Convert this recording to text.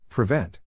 Prevent